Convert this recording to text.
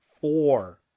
four